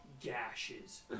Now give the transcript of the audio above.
gashes